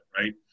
right